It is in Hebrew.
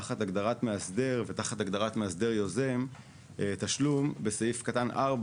תחת הגדרת "מאסדר" ותחת הגדרת "מאסדר יוזם תשלום" בסעיף קטן (4),